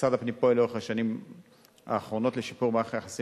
משרד הפנים פועל לאורך השנים האחרונות לשיפור מערך היחסים